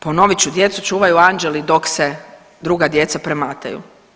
Ponovit ću, djecu čuvaju anđeli dok se druga djeca premataju.